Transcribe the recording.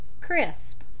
crisp